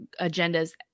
agendas